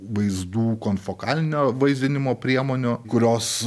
vaizdų komfokalinio vaizdinimo priemonių kurios